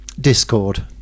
discord